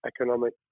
Economic